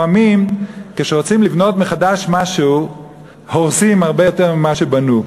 לפעמים כשרוצים לבנות משהו מחדש הורסים הרבה יותר ממה שבנו.